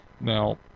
Now